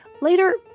Later